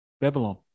Babylon